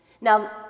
Now